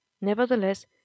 Nevertheless